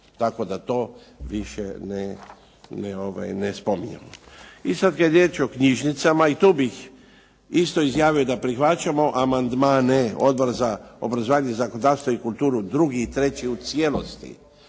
Tako da to više ne spominjemo. I sad kad je riječ o knjižnicama i tu bih isto izjavio da prihvaćamo amandmane Odbora obrazovanje i zakonodavstvo i kulturu, 2. i 3. u cijelosti.